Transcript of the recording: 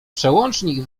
przełącznik